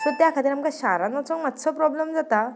so त्या खातीर आमकां शारांत वचूंक मातसो प्रोब्लम जाता